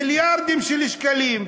מיליארדים של שקלים,